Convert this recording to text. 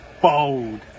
bold